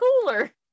cooler